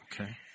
Okay